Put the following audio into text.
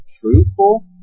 truthful